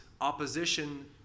opposition